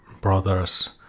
brother's